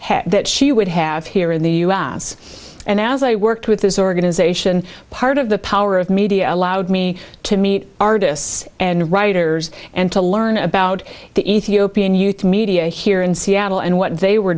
have that she would have here in the u s and as i worked with this organization part of the power of media allowed me to meet artists and writers and to learn about the ethiopian youth media here in seattle and what they were